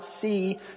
see